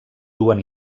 duen